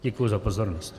Děkuji za pozornost.